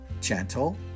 gentle